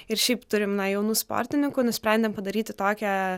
ir šiaip turime na jaunų sportininkų nusprendėme padaryti tokią